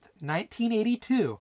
1982